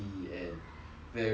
very nice